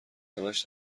همش